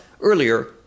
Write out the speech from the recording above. earlier